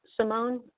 Simone